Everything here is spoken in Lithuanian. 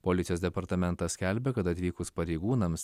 policijos departamentas skelbia kad atvykus pareigūnams